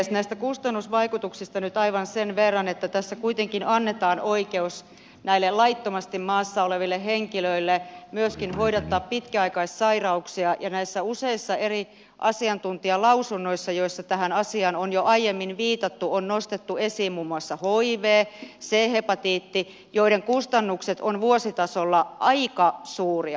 näistä kustannusvaikutuksista nyt aivan sen verran että tässä kuitenkin annetaan oikeus näille laittomasti maassa oleville henkilöille myöskin hoidattaa pitkäaikaissai rauksia ja useissa eri asiantuntijalausunnoissa joissa tähän asiaan on jo aiemmin viitattu on nostettu esiin muun muassa hiv c hepatiitti joiden kustannukset ovat vuositasolla aika suuria